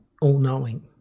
all-knowing